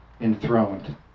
enthroned